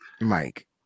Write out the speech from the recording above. Mike